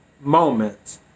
moment